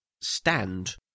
stand